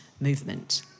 movement